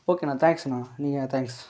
ஓகேண்ணா தேங்க்ஸ்ணா நீங்கள் தேங்க்ஸ்